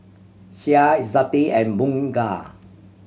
Syah Izzati and Bunga